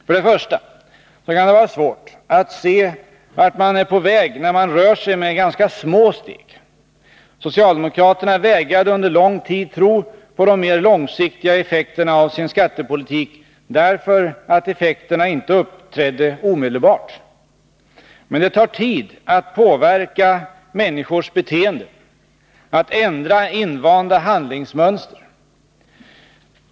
För det första kan det vara svårt att se vart man är på väg när man rör sig med ganska små steg. Socialdemokraterna vägrade under lång tid tro på de mer långsiktiga effekterna av sin skattepolitik, därför att effekterna inte uppträdde omedelbart. Men det tar tid att påverka människors beteende, att ändra invanda handlingsmönster.